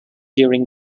during